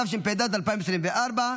התשפ"ד 2024,